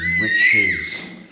riches